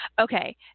Okay